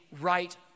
right